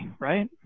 right